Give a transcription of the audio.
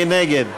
מי נגד?